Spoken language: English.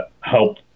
help